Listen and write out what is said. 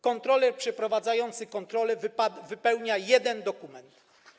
Kontroler przeprowadzający kontrolę wypełnia jeden dokument.